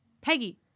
Peggy